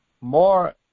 more